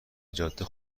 جاده